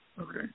okay